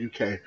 UK